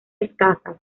escasas